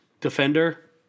defender